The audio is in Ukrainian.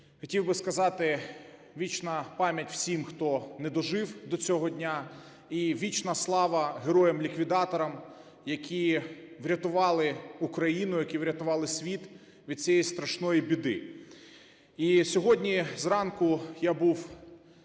хотів би сказати: вічна пам'ять всім, хто не дожив до цього дня, і вічна слава героям-ліквідаторам, які врятували Україну, які врятували світ від цієї страшної біди. І сьогодні зранку я був